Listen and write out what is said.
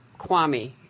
Kwame